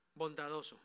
Bondadoso